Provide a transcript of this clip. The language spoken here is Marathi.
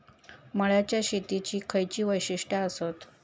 मळ्याच्या शेतीची खयची वैशिष्ठ आसत?